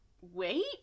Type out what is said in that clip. wait